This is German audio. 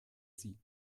sie